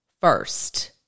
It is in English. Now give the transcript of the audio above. first